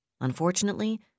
Unfortunately